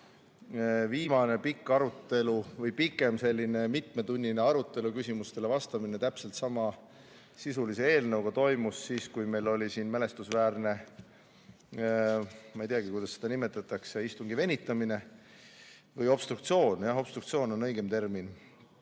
Viimane pikk arutelu või selline pikem, mitmetunnine arutelu ja küsimustele vastamine täpselt samasisulise eelnõuga seoses toimus siis, kui meil oli siin mälestusväärne – ma ei teagi, kuidas seda nimetada – istungi venitamine või obstruktsioon. Jah, "obstruktsioon" on õigem termin.